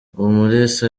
umulisa